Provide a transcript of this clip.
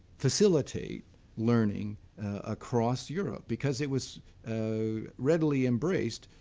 facilitate learning across europe because it was ah readily embraced,